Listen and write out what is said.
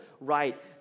right